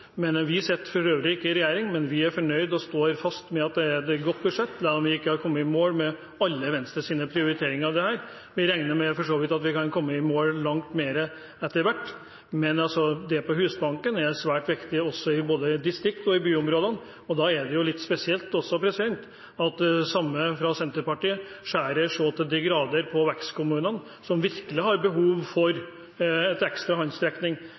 Vi sitter for øvrig ikke i regjering, men vi er fornøyd og står fast ved at det er et godt budsjett, selv om vi ikke har kommet i mål med alle Venstres prioriteringer. Vi regner for så vidt med at vi kan komme langt mer i mål etter hvert. Men Husbanken er svært viktig både i distriktene og i byområdene, og da er det litt spesielt at den samme representanten fra Senterpartiet skjærer så til de grader på vekstkommunene, som virkelig har behov for en ekstra